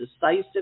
decisive